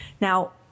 Now